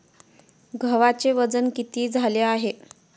गव्हाचे वजन किती झाले आहे?